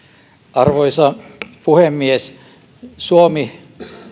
arvoisa puhemies suomi